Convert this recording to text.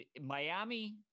Miami